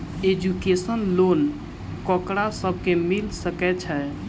Education loan ककरा सब केँ मिल सकैत छै?